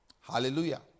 Hallelujah